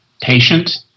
patient